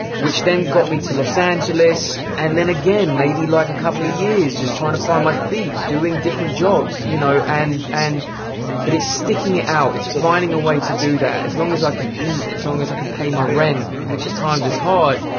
which then got me to los angeles, and then again, maybe like a couple of years just trying to find my feet, doing different jobs, you know. and and but, it's sticking it out, it's finding a way to do that. as long as i can eat, as long as i can pay my rent, which at times is hard,